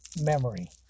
Memory